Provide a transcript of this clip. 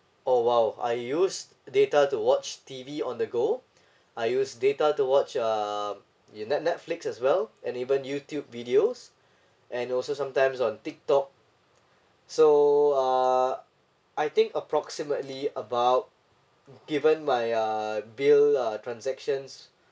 oh !wow! I used data to watch T_V on the go I used data to watch uh you net~ Netflix as well and even Youtube videos and also sometimes on Tiktok so uh I think approximately about given my uh bill uh transactions